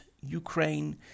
Ukraine